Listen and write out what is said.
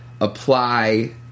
apply